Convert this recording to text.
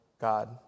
God